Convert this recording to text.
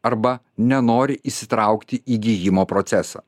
arba nenori įsitraukti į gijimo procesą